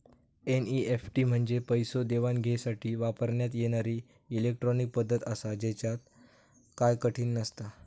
NEFT म्हंजे पैसो देवघेवसाठी वापरण्यात येणारी इलेट्रॉनिक पद्धत आसा, त्येच्यात काय कठीण नसता